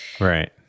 Right